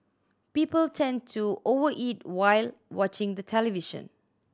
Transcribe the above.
people tend to over eat while watching the television